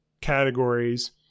categories